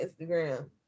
Instagram